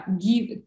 give